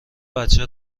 بچه